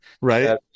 Right